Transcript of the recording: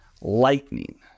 lightning